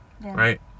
right